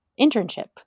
Internship